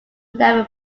never